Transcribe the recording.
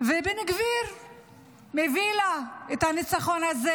ובן גביר מביא לה את הניצחון הזה